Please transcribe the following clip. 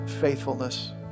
faithfulness